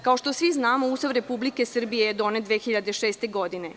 Kao što svi znamo, Ustav Republike Srbije je donet 2006. godine.